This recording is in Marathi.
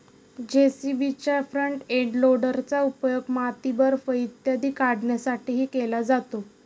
जे.सी.बीच्या फ्रंट एंड लोडरचा उपयोग माती, बर्फ इत्यादी काढण्यासाठीही केला जातो